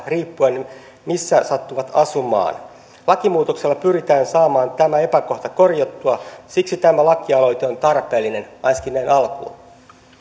riippuen siitä missä sattuvat asumaan lakimuutoksella pyritään saamaan tämä epäkohta korjattua siksi tämä lakialoite on tarpeellinen ainakin näin alkuun